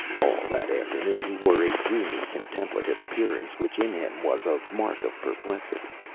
all that afternoon he wore a dreamy, contemplative appearance which in him was a mark of perplexity.